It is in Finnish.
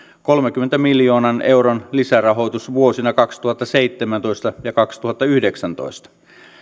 kolmenkymmenen miljoonan euron lisärahoitus vuosina kaksituhattaseitsemäntoista viiva kaksituhattayhdeksäntoista